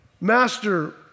master